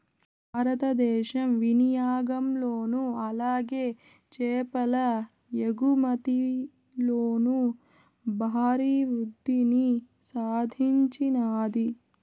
భారతదేశం వినియాగంలోను అలాగే చేపల ఎగుమతిలోను భారీ వృద్దిని సాధించినాది